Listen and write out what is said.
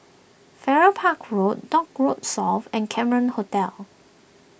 Farrer Park Road Dock Road South and Cameron Hotel